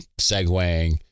segueing